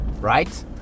Right